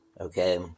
okay